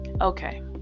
Okay